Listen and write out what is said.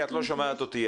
אני לא ממעיטה מהערך של זה,